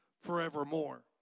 forevermore